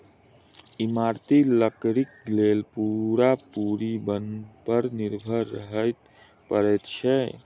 इमारती लकड़ीक लेल पूरा पूरी बन पर निर्भर रहय पड़ैत छै